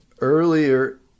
earlier